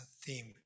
theme